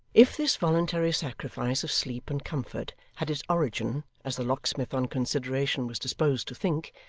if this voluntary sacrifice of sleep and comfort had its origin, as the locksmith on consideration was disposed to think,